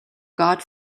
god